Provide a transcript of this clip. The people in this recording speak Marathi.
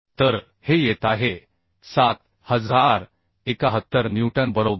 तर हे येत आहे 7071 न्यूटन बरोबर